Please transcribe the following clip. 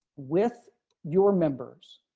with your members,